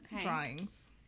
drawings